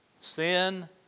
sin